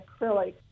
acrylic